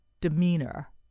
demeanor